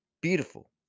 Beautiful